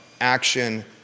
action